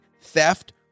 theft